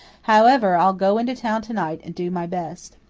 however, i'll go into town to-night and do my best.